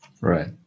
Right